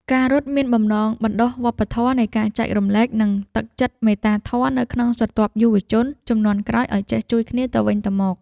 ការរត់មានបំណងបណ្ដុះវប្បធម៌នៃការចែករំលែក និងទឹកចិត្តមេត្តាធម៌នៅក្នុងស្រទាប់យុវជនជំនាន់ក្រោយឱ្យចេះជួយគ្នាទៅវិញទៅមក។